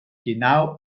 genau